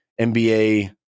NBA